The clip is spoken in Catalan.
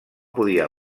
podia